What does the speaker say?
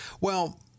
Well-